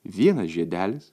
vienas žiedelis